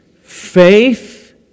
faith